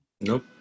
nope